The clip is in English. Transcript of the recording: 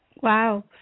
Wow